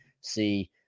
see